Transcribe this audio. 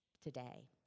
today